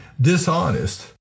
dishonest